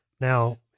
Now